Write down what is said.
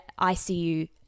ICU